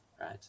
right